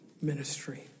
ministry